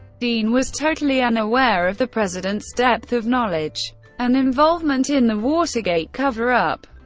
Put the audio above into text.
dean was totally unaware of the president's depth of knowledge and involvement in the watergate cover-up.